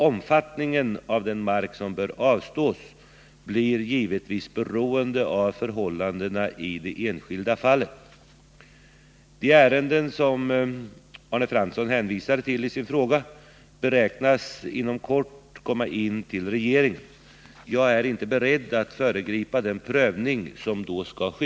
Omfattningen av den mark som bör avstås blir givetvis beroende av förhållandena i det enskilda fallet. De ärenden som Arne Fransson hänvisar till i sin fråga beräknas inom kort komma in till regeringen. Jag är inte beredd att föregripa den prövning som då skall ske.